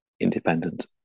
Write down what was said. independent